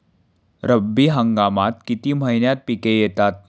रब्बी हंगामात किती महिन्यांत पिके येतात?